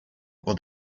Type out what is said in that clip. will